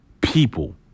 people